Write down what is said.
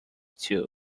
too